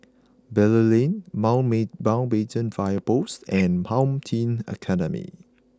Bilal Lane Mountbatten Fire Post and Home Team Academy